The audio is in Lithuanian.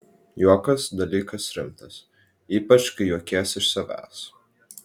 juokas dalykas rimtas ypač kai juokies iš savęs